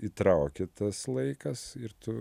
įtraukia tas laikas ir tu